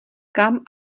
kam